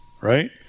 right